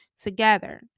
together